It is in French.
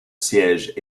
siège